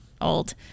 old